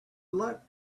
luck